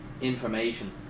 information